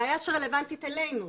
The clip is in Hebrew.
בעיה שרלוונטית אלינו,